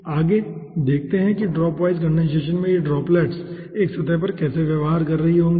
आगे देखते हैं कि ड्रॉप वाइज कंडेनसेशन में ये ड्रॉप्लेट्स एक सतह पर कैसे व्यवहार कर रही होंगी